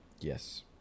Yes